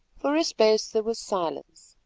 for a space there was silence,